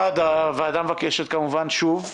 1) הוועדה מבקשת כמובן שוב,